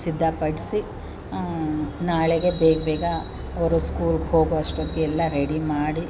ಸಿದ್ದಪಡಿಸಿ ನಾಳೆಗೆ ಬೇಗ ಬೇಗ ಅವ್ರು ಸ್ಕೂಲ್ಗೆ ಹೋಗೋ ಅಷ್ಟೊತ್ತಿಗೆ ಎಲ್ಲ ರೆಡಿ ಮಾಡಿ